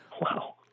Wow